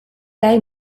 lei